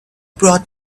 brought